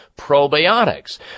probiotics